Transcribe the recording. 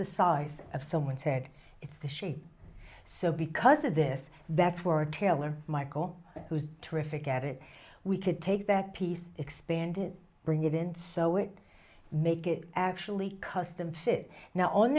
the size of someone's head it's the shape so because of this that's where taylor michael who's terrific at it we could take that piece expanded bring it in so it make it actually custom fit now on